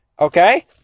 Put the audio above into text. Okay